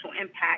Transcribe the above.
impact